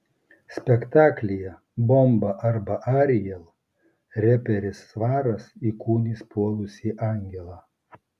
spektaklyje bomba arba ariel reperis svaras įkūnys puolusį angelą